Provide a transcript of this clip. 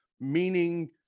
meaning